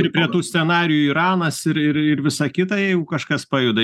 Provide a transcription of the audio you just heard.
ir prie tų scenarijų iranas ir ir ir visa kita jeigu kažkas pajuda